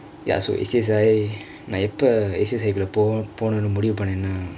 ya so A_C_S_I நா எப்பொ:naa eppo A_C_S_I குள்ள பொ~ போனுனு முடிவு பன்னேனா:kulla po~ ponunu mudivu panenaa